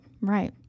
Right